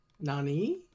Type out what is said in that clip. Nani